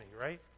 right